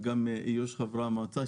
וגם איוש חברי המועצה,